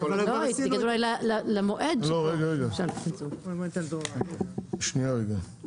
לא, רגע, רגע, שנייה רגע.